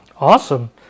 Awesome